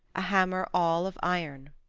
a hammer all of iron.